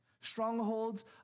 strongholds